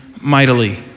mightily